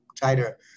tighter